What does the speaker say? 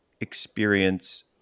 experience